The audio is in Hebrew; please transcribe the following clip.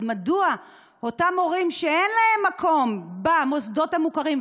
אז מדוע אותם מורים שאין להם מקום במוסדות המוכרים,